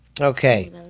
Okay